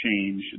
change